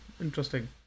interesting